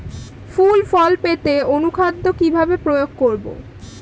ফুল ফল পেতে অনুখাদ্য কিভাবে প্রয়োগ করব?